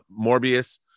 Morbius